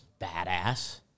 badass